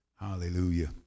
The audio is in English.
hallelujah